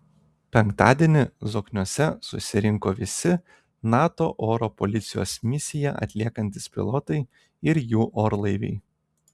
penktadienį zokniuose susirinko visi nato oro policijos misiją atliekantys pilotai ir jų orlaiviai